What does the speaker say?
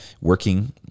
working